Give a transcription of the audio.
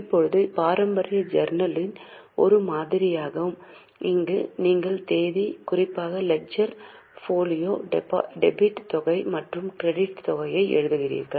இப்போது இது பாரம்பரிய ஜர்னல் ன் ஒரு மாதிரியாகும் அங்கு நீங்கள் தேதி குறிப்பாக லெட்ஜர் ஃபோலியோ டெபிட் தொகை மற்றும் கிரெடிட் தொகையை எழுதுகிறீர்கள்